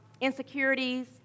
insecurities